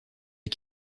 est